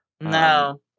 no